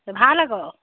ভাল আকৌ